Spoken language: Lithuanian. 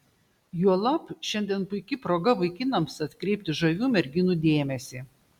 juolab šiandien puiki proga vaikinams atkreipti žavių merginų dėmesį